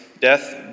death